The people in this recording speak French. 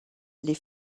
les